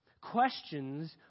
Questions